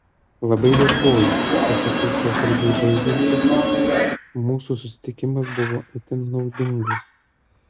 labai dėkoju pasakiau pokalbiui baigiantis mūsų susitikimas buvo itin naudingas